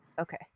Okay